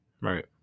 Right